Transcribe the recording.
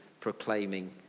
proclaiming